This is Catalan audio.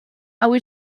avui